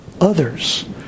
others